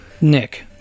nick